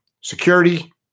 security